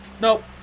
Nope